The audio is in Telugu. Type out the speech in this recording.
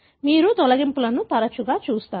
మీరు తొలగింపులను తరచుగా చూస్తారు